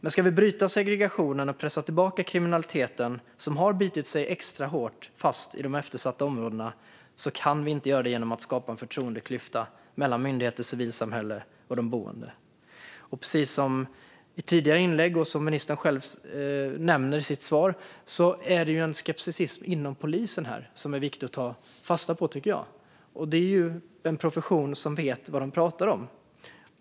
Men ska vi bryta segregationen och pressa tillbaka kriminaliteten, som har bitit sig fast extra hårt i de eftersatta områdena, kan vi inte göra det genom att skapa en förtroendeklyfta mellan myndigheter, civilsamhälle och de boende. Precis som sagts i tidigare inlägg, och som ministern själv nämner i sitt svar, är det en skepticism inom polisen som är viktig att ta fasta på. Det är ju den profession som vet vad de pratar om.